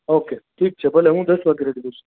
okay ઠીક છે ભલે હુ દસ વાગ્યે રેડી થઈસ